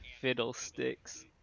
Fiddlesticks